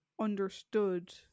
understood